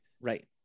right